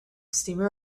streamer